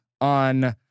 on